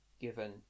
given